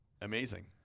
amazing